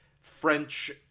French